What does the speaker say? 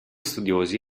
studiosi